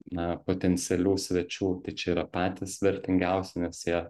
na potencialių svečių čia yra patys vertingiausi nes jie